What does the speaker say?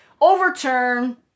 overturn